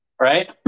right